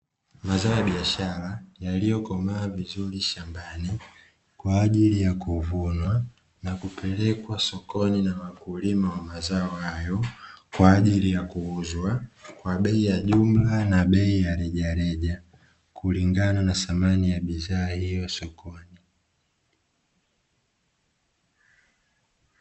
Mazao ya biashara yaliyokomaa vizuri shambani kwa ajili ya kuvunwa na kupelekwa sokoni na wakulima wa mazao hayo kwa ajili ya kuuzwa kwa bei ya jumla na bei ya rejareja, kulingana na thamani ya bidhaa hiyo sokoni.